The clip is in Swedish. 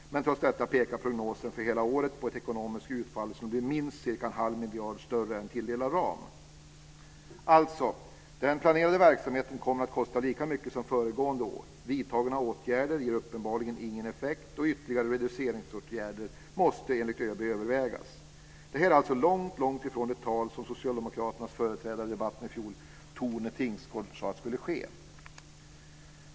Trots detta pekar prognosen för hela året på ett ekonomiskt utfall som blir minst cirka en halv miljard större än tilldelad ram. Alltså: Den planerade verksamheten kommer att kosta lika mycket som föregående år. Vidtagna åtgärder ger uppenbarligen ingen effekt, och ytterligare reduceringsåtgärder måste, enligt ÖB, övervägas. Det här är alltså långt, långt ifrån det tal som Socialdemokraternas företrädare i debatten i fjol, Tone Tingsgård, sade skulle ske.